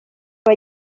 aba